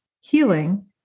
healing